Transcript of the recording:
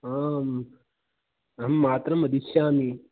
आम् अहं मातरं वक्ष्यामि